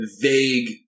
vague